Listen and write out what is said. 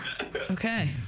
okay